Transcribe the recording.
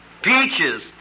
peaches